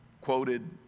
quoted